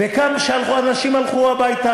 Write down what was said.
וגם כשאנשים הלכו הביתה,